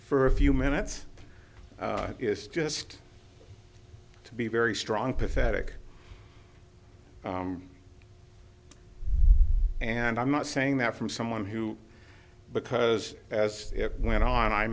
for a few minutes is just to be very strong pathetic and i'm not saying that from someone who because as it went on i